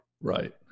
Right